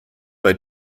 bei